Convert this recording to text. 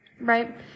right